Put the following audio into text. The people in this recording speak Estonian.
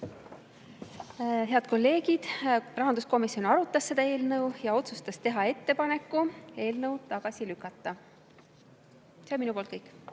Head kolleegid! Rahanduskomisjon arutas seda eelnõu ja otsustas teha ettepaneku eelnõu tagasi lükata. See on minu poolt kõik.